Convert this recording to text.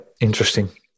interesting